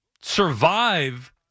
survive